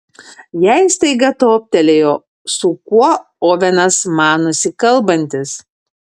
jai staiga toptelėjo su kuo ovenas manosi kalbantis